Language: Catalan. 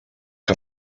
que